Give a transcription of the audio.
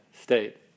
state